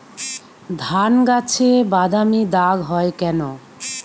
ধানগাছে বাদামী দাগ হয় কেন?